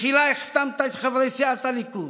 תחילה החתמת את חברי סיעת הליכוד,